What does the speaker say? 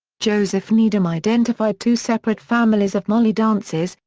joseph needham identified two separate families of molly dances,